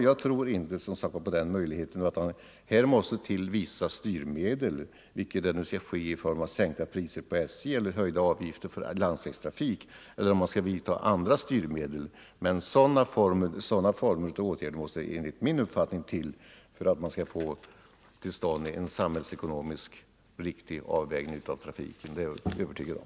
Jag tror alltså inte på den metoden, utan här måste det till vissa styrmedel, vare sig det skall ske genom sänkta priser hos SJ och höjda avgifter för landsvägstrafik eller man tillgriper andra styrmedel. Men sådana former av åtgärder måste enligt min mening till om man skall få till stånd en samhällsekonomiskt riktig avvägning av trafiken. Det är jag fullkomligt övertygad om.